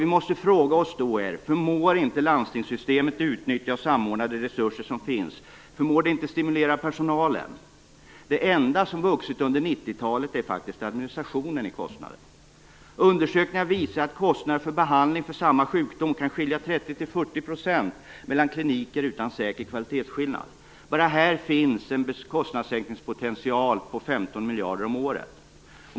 Vi måste då fråga oss: Förmår inte landstingssystemet utnyttja och samordna de resurser som finns? Förmår det inte stimulera personalen? Det enda som har vuxit under 90-talet är faktiskt kostnaderna för administrationen. Undersökningar visar att kostnader för behandling av samma sjukdom kan skilja 30-40 % mellan kliniker utan säker kvalitetsskillnad. Bara här finns en kostnadssänkningspotential om 15 miljarder om året.